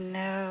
no